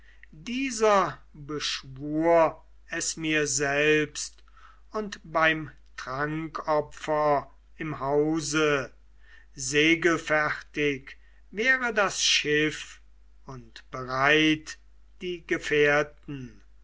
pheidon beschwur es mir selbst und beim trankopfer im hause segelfertig wäre das schiff und bereit die gefährten